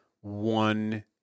one